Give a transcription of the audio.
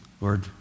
Lord